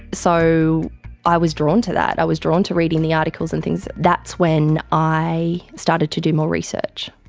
so i was drawn to that. i was drawn to reading the articles and things. that's when i started to do more research.